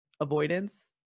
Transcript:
Avoidance